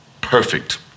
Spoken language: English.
perfect